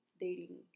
dating